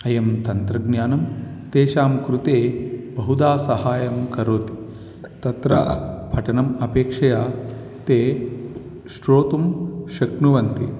अयं तन्त्रज्ञानं तेषां कृते बहुधा सहायं करोति तत्र पठनम् अपेक्षया ते श्रोतुं शक्नुवन्ति